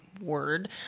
word